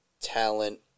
talent